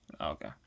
Okay